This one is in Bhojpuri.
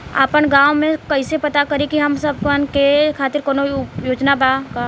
आपन गाँव म कइसे पता करि की हमन सब के खातिर कौनो योजना बा का?